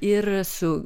ir su